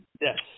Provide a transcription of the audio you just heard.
Yes